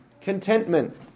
contentment